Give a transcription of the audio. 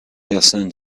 person